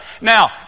Now